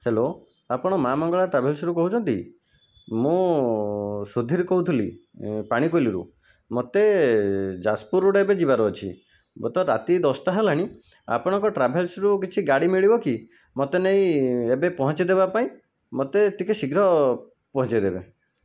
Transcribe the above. hello ଆପଣ ମା ମଙ୍ଗଳା ଟ୍ରାଭେଲସ୍ରୁ କହୁଛନ୍ତି ମୁଁ ସୁଧୀର କହୁଥିଲି ଏଁ ପାଣିକୋଇଲିରୁ ମୋତେ ଯାଜପୁର ରୋଡ଼ ଏବେ ଯିବାର ଅଛି ବର୍ତ୍ତ ରାତି ଦଶଟା ହେଲାଣି ଆପଣଙ୍କ ଟ୍ରାଭେଲସ୍ରୁ କିଛି ଗାଡ଼ି ମିଳିବ କି ମୋତେ ନେଇ ଏବେ ପହଞ୍ଚାଇ ଦେବା ପାଇଁ ମୋତେ ଟିକିଏ ଶୀଘ୍ର ପହଞ୍ଚାଇ ଦେବେ